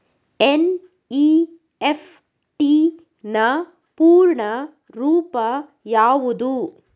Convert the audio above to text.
NEFT ನ ಪೂರ್ಣ ರೂಪ ಯಾವುದು?